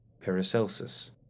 Paracelsus